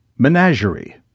Menagerie